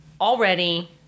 already